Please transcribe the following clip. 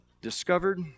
discovered